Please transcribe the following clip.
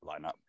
lineup